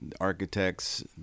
architects